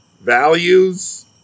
Values